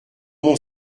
mon